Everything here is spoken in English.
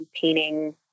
painting